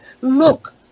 look